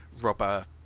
rubber